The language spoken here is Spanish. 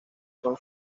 son